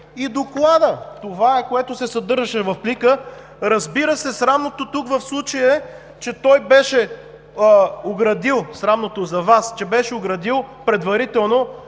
и Доклада. Това е, което се съдържаше в плика. Разбира се, срамното за Вас в случая е, че той беше оградил предварително